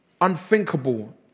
unthinkable